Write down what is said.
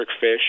Fish